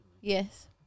Yes